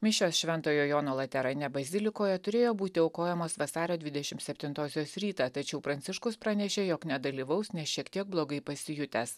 mišios šventojo jono laterane bazilikoje turėjo būti aukojamos vasario dvidešim septintosios rytą tačiau pranciškus pranešė jog nedalyvaus nes šiek tiek blogai pasijutęs